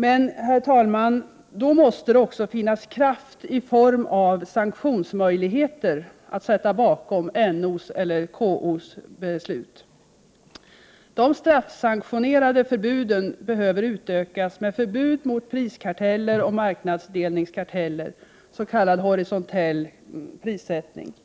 Men, herr talman, då måste det också finnas kraft i form av sanktionsmöjligheter att sätta bakom NO:s eller KO:s beslut. De straffsanktionerade förbuden behöver utökas med förbud mot priskarteller och marknadsdelningskarteller, s.k. horisontell prissättning. Vidare